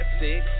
six